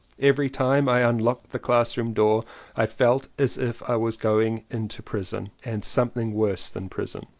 every time i unlocked the classroom door i felt as if i was going into prison and something worse than prison.